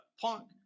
Punk